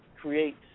create